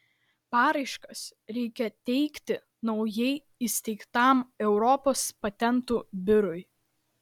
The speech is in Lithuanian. paraiškas reikia teikti naujai įsteigtam europos patentų biurui